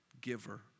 giver